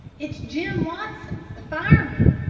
it's jim watson, the fireman,